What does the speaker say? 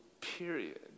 period